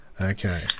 Okay